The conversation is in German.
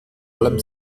allem